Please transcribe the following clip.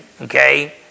Okay